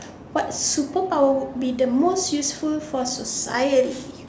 what superpower would be most useful for society